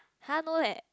!huh! no leh